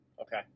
Okay